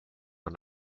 and